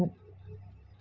UPI ವಹಿವಾಟ್ ಅಂದ್ರೇನು?